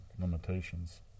limitations